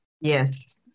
Yes